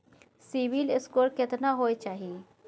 CIBIL score केतना होय चाही?